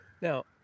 Now